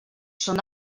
són